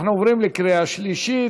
עברה בקריאה השלישית